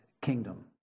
kingdom